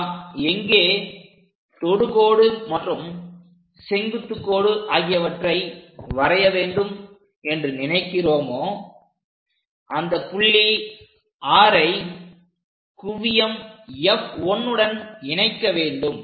நாம் எங்கே தொடுகோடு மற்றும் செங்குத்துக் கோடு ஆகியவற்றை வரைய வேண்டும் என்று நினைக்கிறோமோ அந்த புள்ளி R ஐ குவியம் F1 உடன் இணைக்க வேண்டும்